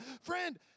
friend